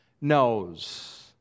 knows